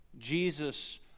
Jesus